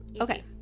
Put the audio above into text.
Okay